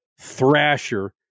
Thrasher